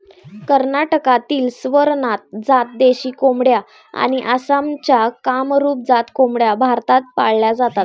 कर्नाटकातील स्वरनाथ जात देशी कोंबड्या आणि आसामच्या कामरूप जात कोंबड्या भारतात पाळल्या जातात